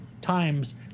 times